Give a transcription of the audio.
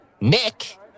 Nick